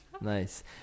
nice